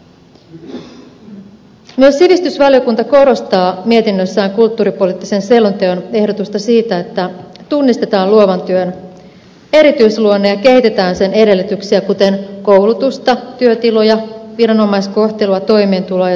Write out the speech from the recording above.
myös sivistysvaliokunta korostaa mietinnössään kulttuuripoliittisen selonteon ehdotusta siitä että tunnistetaan luovan työn erityisluonne ja kehitetään sen edellytyksiä kuten koulutusta työtiloja viranomaiskohtelua toimeentuloa ja työllistymistä